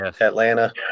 Atlanta